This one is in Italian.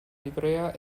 livrea